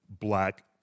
black